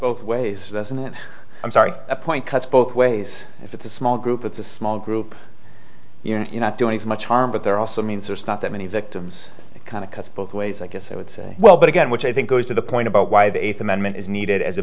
both ways doesn't i'm sorry a point cuts both ways if it's a small group it's a small group you're not doing as much harm but there are also means there's not that many victims kind of cuts both ways i guess i would say well but again which i think goes to the point about why the eighth amendment is needed as a